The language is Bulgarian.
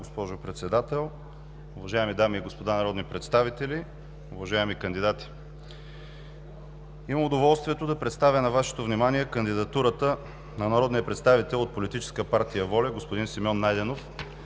госпожо Председател, уважаеми дами и господа народни представители, уважаеми кандидати! Имам удоволствието да представя на Вашето внимание кандидатурата на народния представител от Политическа партия ВОЛЯ господин Симеон Найденов